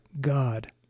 God